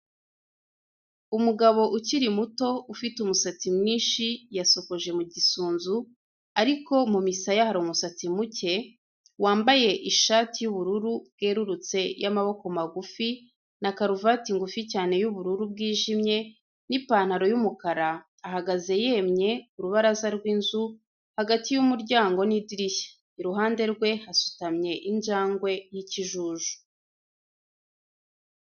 Umugabo ukiri muto, ufite umusatsi mwinshi yasokoje mu gisunzu ariko mu misaya hari umusatsi muke, wambaye ishati y'ubururu bwerurutse y'amaboko magufi na karuvati ngufi cyane y'ubururu bwijime n'ipantaro y'umukara, ahagaze yemye, ku rubaraza rw'inzu hagati y'umuryango n'idirishya, iruhande rwe hasutamye injangwe y'ikijuju.